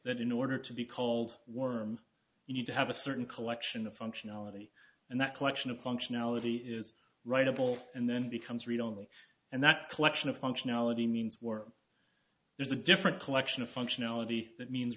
that in order to be called worm you need to have a certain collection of functionality and that collection of functionality is right of all and then becomes read only and that collection of functionality means we're there's a different collection of functionality that means